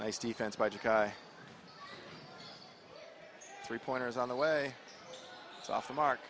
ice defense budget three pointers on the way off the mark